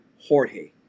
Jorge